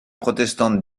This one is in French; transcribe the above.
protestante